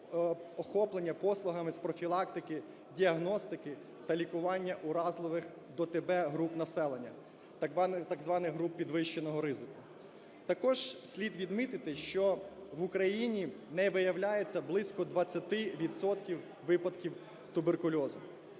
охоплення послугами з профілактики, діагностики та лікування вразливих до ТБ груп населення, так званих груп підвищеного ризику. Також слід відмітити, що в Україні не виявляється близько 20 відсотків випадків туберкульозу.